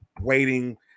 waiting